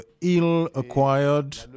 ill-acquired